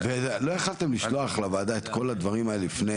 ולא יכולתם לשלוח לוועדה את כל הדברים האלה לפני?